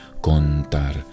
contar